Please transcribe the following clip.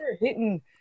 hitting